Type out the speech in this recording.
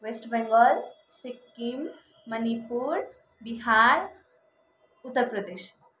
West Bengal Sikkim Manipur Bihar Uttar Pradesh